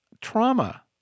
trauma